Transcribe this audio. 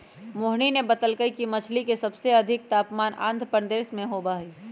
मोहिनी ने बतल कई कि मछ्ली के सबसे अधिक उत्पादन आंध्रप्रदेश में होबा हई